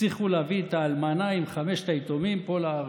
הצליחו להביא את האלמנה עם חמשת היתומים לפה לארץ.